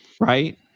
right